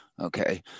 Okay